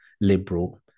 liberal